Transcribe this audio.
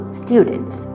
students